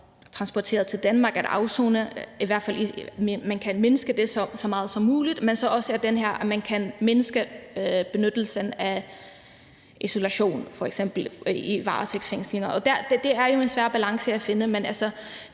transporteret til Danmark for at afsone, eller at man i hvert fald kan mindske det så meget som muligt, men også at man kan mindske benyttelsen af isolation ved f.eks. varetægtsfængsling. Og det er jo en svær balance at finde. Men det